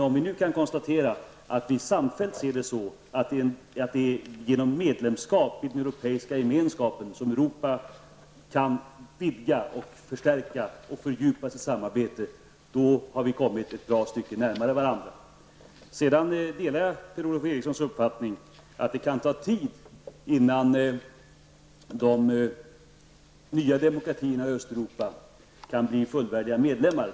Om vi nu kan konstatera att vi samfällt anser att det är genom medlemskap i den europeiska gemenskapen som Europa kan vidga, förstärka och fördjupa sitt samarbete har vi kommit ett bra stycke närmare varandra. Jag delar vidare Per-Ola Erikssons uppfattning om att det kan ta tid innan de nya demokratierna i Östeuropa kan bli fullvärdiga medlemmar.